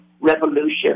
Revolution